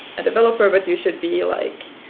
a developer but you should be like